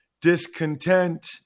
discontent